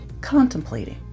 contemplating